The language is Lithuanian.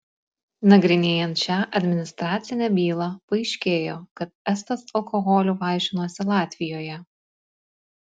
nagrinėjant šią administracinę bylą paaiškėjo kad estas alkoholiu vaišinosi latvijoje